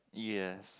yes